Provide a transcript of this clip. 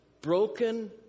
Broken